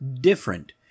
different